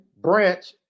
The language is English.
branch